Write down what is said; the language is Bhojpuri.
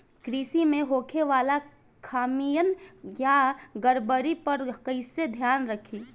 कृषि में होखे वाला खामियन या गड़बड़ी पर कइसे ध्यान रखि?